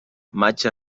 maig